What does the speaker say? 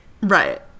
Right